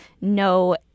no